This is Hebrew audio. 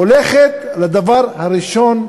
הולכת לדבר הראשון,